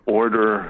order